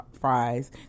fries